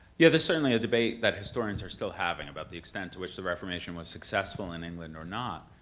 yeah, there's certainly a debate that historians are still having about the extent to which the reformation was successful in england or not,